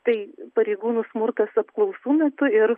tai pareigūnų smurtas apklausų metu ir